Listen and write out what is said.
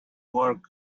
work